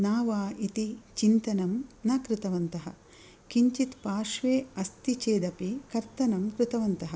न वा इति चिन्तनं न कृतवन्तः किञ्चित् पार्श्वे अस्ति चेदपि कर्तनं कृतवन्तः